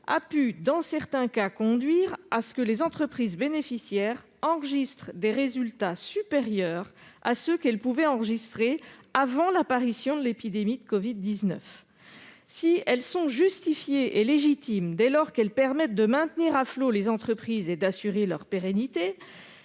dans certains cas à ce que les entreprises bénéficiaires enregistrent des résultats supérieurs à ceux qu'elles avaient pu enregistrer avant l'apparition de l'épidémie de covid-19. Si elles sont justifiées et légitimes dès lors qu'elles permettent de maintenir à flot les entreprises et d'assurer leur pérennité,